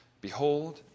behold